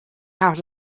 out